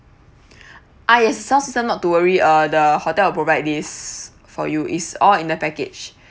uh yes sound system not to worry uh the hotel will provide this for you is all in the package